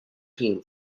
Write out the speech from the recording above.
team